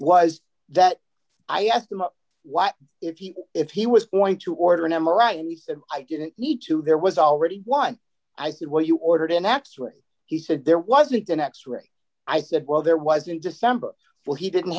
was that i asked him what if he if he was goin to order an m r i and he said i didn't need to there was already one i said well you ordered an x ray he said there wasn't an x ray i said well there wasn't december well he didn't